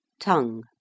tongue